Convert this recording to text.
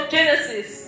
Genesis